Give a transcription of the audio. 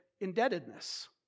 indebtedness